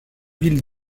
ville